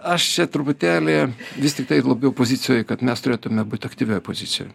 aš čia truputėlį vis tiktai labiau pozicijoj kad mes turėtume būt aktyvioj pozicijoj